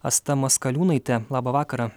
asta maskaliūnaite labą vakarą